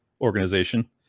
organization